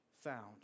found